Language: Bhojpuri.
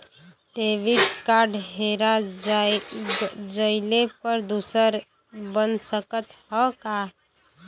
डेबिट कार्ड हेरा जइले पर दूसर बन सकत ह का?